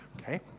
Okay